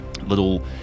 little